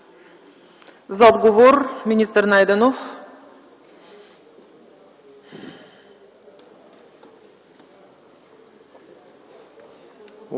За отговор – министър Найденов.